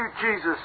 Jesus